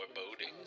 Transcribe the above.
foreboding